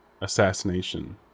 assassination